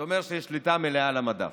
זה אומר שיש שליטה מלאה על המדף.